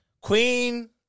Queen